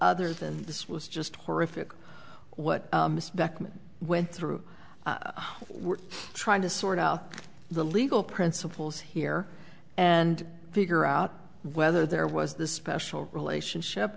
other than this was just horrific what beckman went through we're trying to sort out the legal principles here and figure out whether there was the special relationship